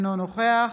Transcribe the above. אינו נוכח